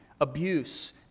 abuse